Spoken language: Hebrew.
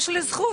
יש לי זכות.